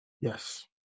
Yes